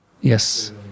yes